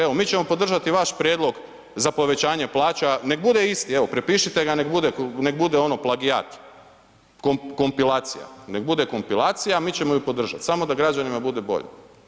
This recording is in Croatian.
Evo mi ćemo podržati vaš prijedlog za povećanje plaća, nek bude isti, evo prepišite ga, nek bude ono plagijat, kompilacija, nek bude kompilacija, mi ćemo ju podržat samo da građanima bude bolje.